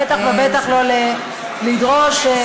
בטח ובטח שלא להקים ועדת חקירה.